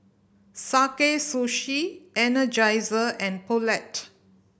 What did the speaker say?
Sakae Sushi Energizer and Poulet